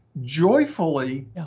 joyfully